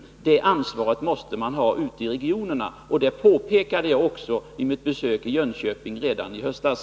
Det ansvaret måste man ha ute i regionen. Det påpekade jag också vid mitt besök i Jönköping redan i höstas.